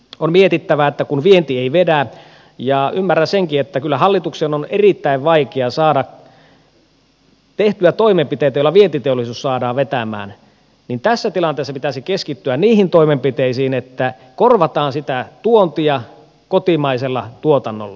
on mietittävä että kun vienti ei vedä ja ymmärrän senkin että kyllä hallituksen on erittäin vaikea saada tehtyä toimenpiteitä joilla vientiteollisuus saadaan vetämään niin tässä tilanteessa pitäisi keskittyä niihin toimenpiteisiin että korvataan sitä tuontia kotimaisella tuotannolla